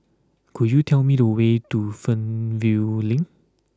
could you tell me the way to Fernvale Link